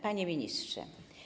Panie Ministrze!